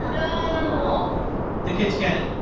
um no the kids get it.